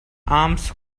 arms